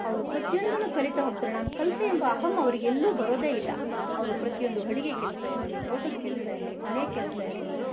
ಅವರು ಪ್ರತಿಯೊಂದನ್ನು ಕಲೀತಾ ಹೋಗ್ತಾರೆ ನಾನು ಕಲಿತೆ ಎಂಬ ಅಹಂ ಅವರಿಗೆ ಎಲ್ಲೂ ಬರೋದೇ ಇಲ್ಲ ಅವರು ಪ್ರತಿಯೊಂದು ಅಡುಗೆ ಕೆಲಸ ಇರಲಿ ತೋಟದ ಕೆಲಸ ಇರಲಿ ಮನೆ ಕೆಲಸ ಇರಲಿ